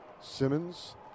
Simmons